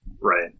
Right